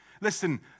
Listen